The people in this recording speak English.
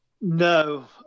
No